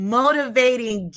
motivating